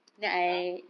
ah